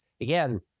again